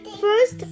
first